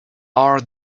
are